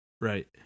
Right